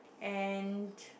and